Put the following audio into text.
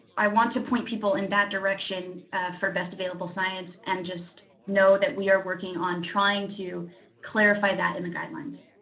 i want to point people in that direction for best available science and just know that we are working on trying to clarify that in the guidelines.